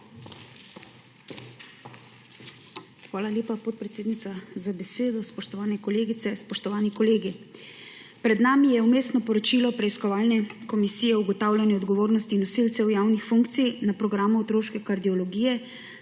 Hvala lepa podpredsednica za besedo. Spoštovane kolegice, spoštovani kolegi! Pred nami je vmesno poročilo preiskovalne Komisije o ugotavljanju odgovornosti nosilcev javnih funkcij na programu otroške kardiologije